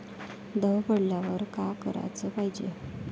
दव पडल्यावर का कराच पायजे?